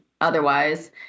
otherwise